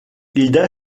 hilda